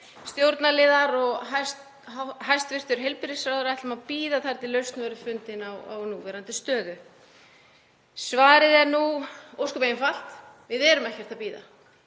stjórnarliðar og hæstv. heilbrigðisráðherra ætluðum að bíða þar til lausn yrði fundin á núverandi stöðu. Svarið er nú ósköp einfalt: Við erum ekkert að bíða.